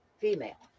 Female